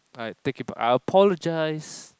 I'll take it I apologise